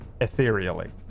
ethereally